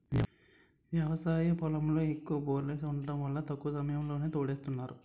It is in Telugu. వ్యవసాయ పొలంలో ఎక్కువ బోర్లేసి వుండటం వల్ల తక్కువ సమయంలోనే తోడేస్తున్నారు